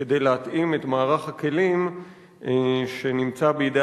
כדי להתאים את מערך הכלים שנמצא בידי